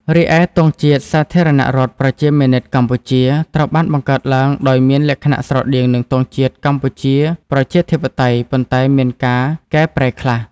រីឯ ទង់ជាតិសាធារណរដ្ឋប្រជាមានិតកម្ពុជា ត្រូវបានបង្កើតឡើងដោយមានលក្ខណៈស្រដៀងនឹងទង់ជាតិកម្ពុជាប្រជាធិបតេយ្យ ប៉ុន្តែមានការកែប្រែខ្លះ។